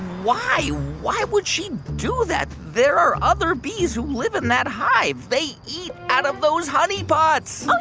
why? why would she do that? there are other bees who live in that hive. they eat out of those honey pots oh,